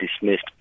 dismissed